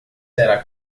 será